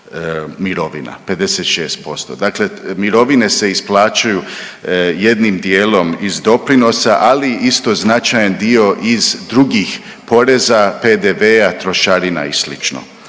mirovina, 56%, dakle mirovine se isplaćuju jednim dijelom iz doprinosa, ali isto značajan dio iz drugih poreza PDV-a, trošarina i